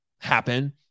Happen